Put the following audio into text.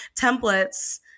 templates